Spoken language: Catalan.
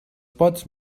pots